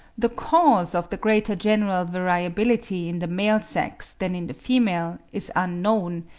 the cause of the greater general variability in the male sex, than in the female is unknown,